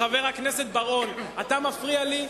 חבר הכנסת בר-און, אתה מפריע לי.